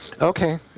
Okay